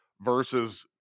versus